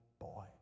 boy